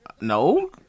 No